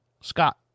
Scott